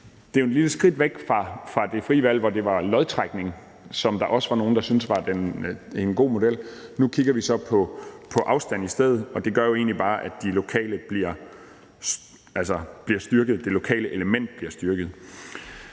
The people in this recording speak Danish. det jo er et lille skridt væk fra det frie valg, hvor det var lodtrækning, som der også var nogen der synes var en god model. Nu kigger vi så på afstand i stedet, og det gør jo egentlig bare, at det lokale element bliver styrket.